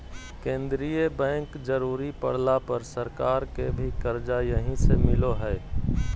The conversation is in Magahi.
केंद्रीय बैंक जरुरी पड़ला पर सरकार के भी कर्जा यहीं से मिलो हइ